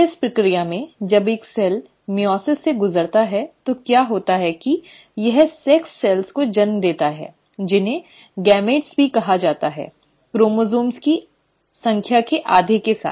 इस प्रक्रिया में जब एक सेल मइओसिस से गुजरता है तो क्या होता है कि यह सेक्स कोशिकाओं को जन्म देता है जिन्हें युग्मक भी कहा जाता है क्रोमोसोम्स की संख्या के आधे के साथ